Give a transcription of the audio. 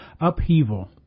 upheaval